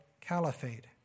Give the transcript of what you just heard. caliphate